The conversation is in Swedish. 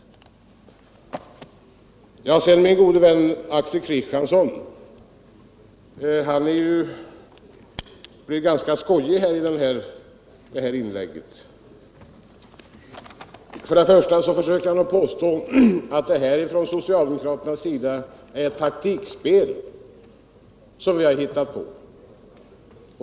Sedan var ju min gode vän Axel Kristiansson ganska skojig i sitt inlägg. Först och främst försökte han påstå att det här ifrån socialdemokraternas sida ärett taktikspel som vi hittat på.